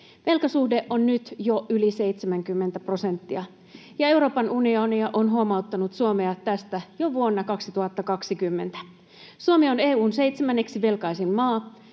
Velkasuhde on nyt jo yli 70 prosenttia, ja Euroopan unioni on huomauttanut Suomea tästä jo vuonna 2020. Suomi on EU:n seitsemänneksi velkaisin maa.